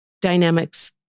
dynamics